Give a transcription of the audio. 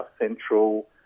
central